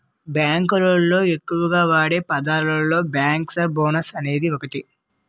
bank లోళ్ళు ఎక్కువగా వాడే పదాలలో బ్యేంకర్స్ బోనస్ అనేది ఒకటి